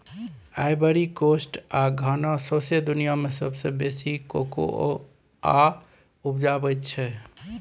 Ivory Coast आ घाना सौंसे दुनियाँ मे सबसँ बेसी कोकोआ उपजाबै छै